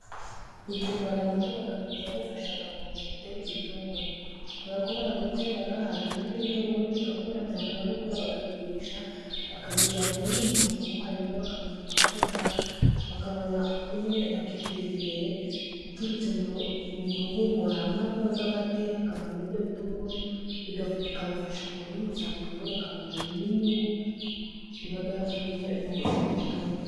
Umurama uba mwiza ufasha abantu gutera ibitunguru kubera ko barawutera, hanyuma n'ibitunguru bigakura, byamara gukura bakabigurisha bakabijyana nyine mu masoko, hanyuma bakabona amafaranga nyine bakiteza imbere, biturutse muri uwo murama baba bateye hakavamo ibyo bitunguru, bikabafasha kubona umusaruro, bakabona n'inyungu iba yavuye mu gutera ibitunguru